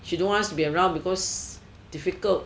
she don't want us be around because difficult